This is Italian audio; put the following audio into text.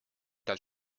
tal